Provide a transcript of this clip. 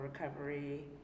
recovery